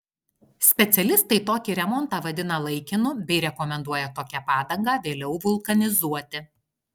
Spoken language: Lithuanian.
specialistai tokį remontą vadina laikinu bei rekomenduoja tokią padangą vėliau vulkanizuoti